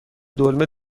دلمه